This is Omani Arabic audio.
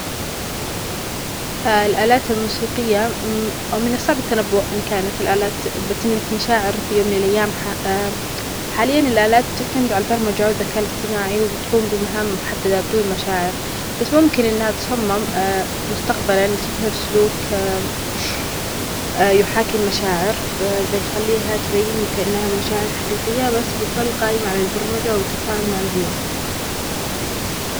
الآلات الموسيقية من الصعب التنبؤ ان كانت الآلات بتملك مشاعرفي يوم من الأيام ح-حالياً الآلات تعتمد علي البرمجة والذكاء الاصطناعي وتقوم بمهام محددة بدون مشاعر.بس ممكن إنها تصمم مستقبلاً لتطهر سلوك يحاكي المشاعر بيخليها تبينه كإنها مشاعر حقيقية بس بتضل قايمة على البرمجة وتفاعل مع البيئة